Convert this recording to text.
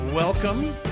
Welcome